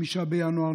5 בינואר,